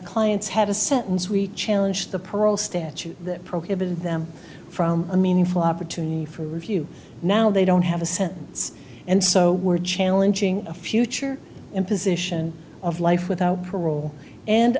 clients had a sentence we challenge the parole statute that prohibited them from a meaningful opportunity for review now they don't have a sentence and so we're challenging a future imposition of life without parole and